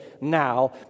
now